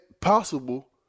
possible